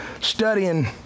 studying